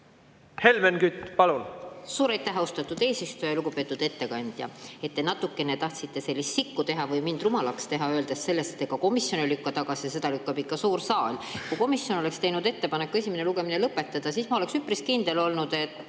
Helmen Kütt, palun!